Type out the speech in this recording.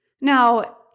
Now